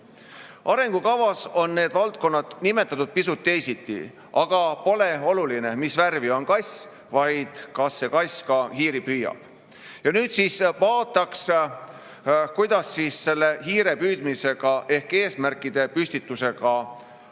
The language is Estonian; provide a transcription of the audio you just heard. Arengukavas on need valdkonnad nimetatud pisut teisiti, aga pole oluline, mis värvi on kass, vaid kas see kass ka hiiri püüab. Nüüd siis vaataks, kuidas selle hiire püüdmisega ehk eesmärkide püstitusega on